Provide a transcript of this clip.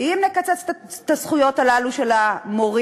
אם נקצץ את הזכויות האלה של המורים,